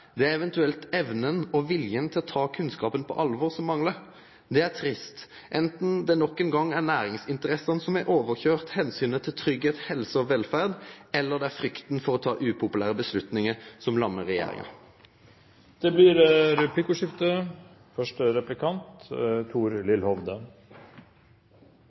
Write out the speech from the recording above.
Det er eventuelt evnen og viljen til å ta kunnskapen på alvor som mangler. Det er trist, enten det nok en gang er næringsinteressene som har overkjørt hensynet til trygghet, helse og velferd, eller det er frykten for å ta upopulære beslutninger som lammer regjeringen. Det blir replikkordskifte.